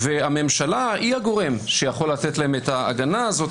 והממשלה היא הגורם שיכול לתת להם את ההגנה הזאת.